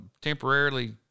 temporarily